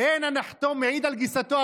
אין הנחתום מעיד על גיסתו.